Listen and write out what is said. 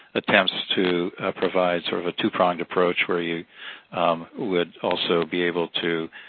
attempts to provide sort of a two-pronged approach where you would also be able to